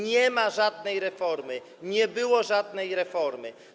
Nie ma żadnej reformy, nie było żadnej reformy.